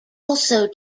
also